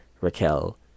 raquel